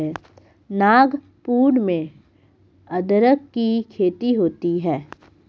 नागपुर में अदरक की खेती होती है